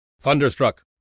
Thunderstruck